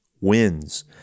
wins